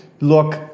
look